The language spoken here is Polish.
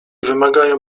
wymagają